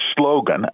slogan